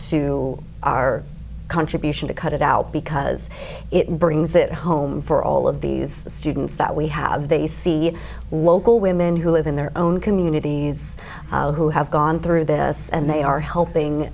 to our contribution to cut it out because it brings it home for all of these students that we have they see local women who live in their own communities who have gone through this and they are helping